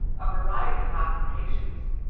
a variety of occupations,